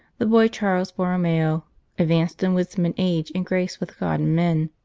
the boy charles borromeo advanced in wisdom and age, and grace with god and men.